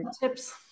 tips